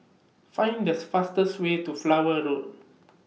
Find This fastest Way to Flower Road